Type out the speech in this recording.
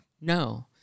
No